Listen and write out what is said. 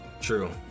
True